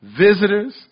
visitors